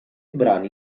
brani